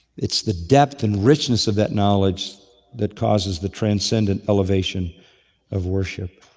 it's the depth and richness of that knowledge that causes the transcendent elevation of worship.